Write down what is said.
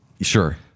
Sure